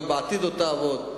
גם בעתיד עוד תעבוד.